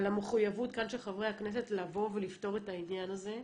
על המחויבות כאן של חברי הכנסת לבוא ולפתור את העניין הזה.